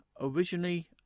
originally